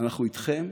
אנחנו איתכם,